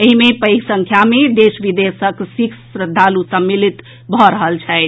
एहि मे पैध संख्या मे देश विदेशक सिख श्रद्धालु सम्मिलित भऽ रहल छथि